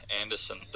Anderson